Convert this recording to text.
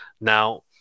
Now